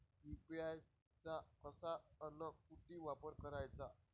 UPI चा कसा अन कुटी वापर कराचा?